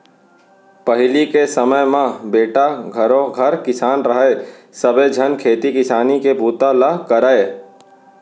पहिली के समे म बेटा घरों घर किसान रहय सबे झन खेती किसानी के बूता ल करयँ